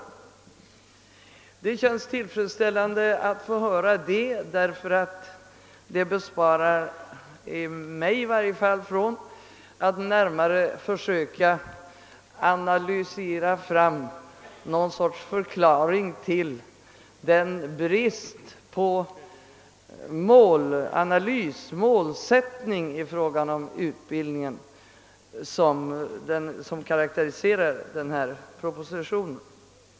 Det känns tillfredsställande att få höra det, därför att det besparar mig i varje fall försök att närmare analysera fram någon sorts förklaring till den brist på målsättning i fråga om utbildningen som karakteriserar denna proposition.